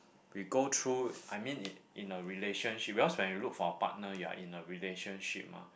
we go through I mean in in a relationship because when we look for a partner we are in a relationship mah